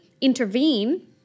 intervene